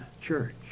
church